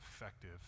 effective